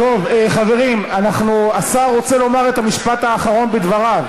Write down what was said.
חברים, השר רוצה לומר את המשפט האחרון בדבריו.